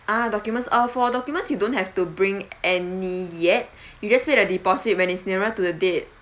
ah documents uh for documents you don't have to bring any yet you just make the deposit when is nearer to the date